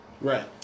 right